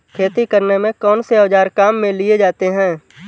खेती करने में कौनसे औज़ार काम में लिए जाते हैं?